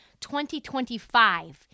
2025